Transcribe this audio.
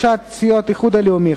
תוסיף אותי גם.